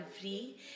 free